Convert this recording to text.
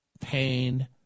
pain